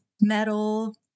metal